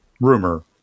Rumor